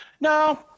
No